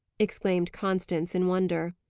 exclaimed constance, in wonder.